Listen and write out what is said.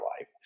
life